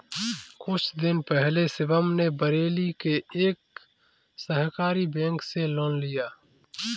कुछ दिन पहले शिवम ने बरेली के एक सहकारी बैंक से लोन लिया